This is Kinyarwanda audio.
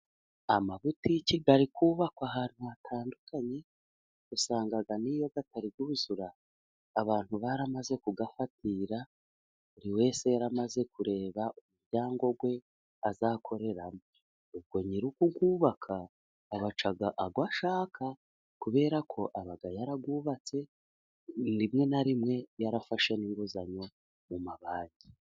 Amabuti ari kubakwa ahantu hatandukanye，usanga n’iyo atari yuzura，abantu baramaze kuyafatira， buri wese yaramaze kureba umuryango we azakoreramo. Ubwo nyiri kuyubaka， abaca ayo ashaka， kubera ko aba yarayubatse，rimwe na rimwe yarafashe n'inguzanyo mu mabanki.